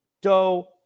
dough